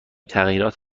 تغییرات